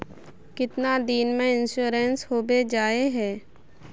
कीतना दिन में इंश्योरेंस होबे जाए है?